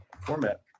Format